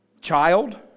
child